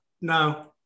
no